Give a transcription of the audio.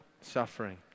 suffering